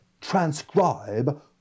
transcribe